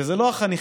וזה לא החניכים,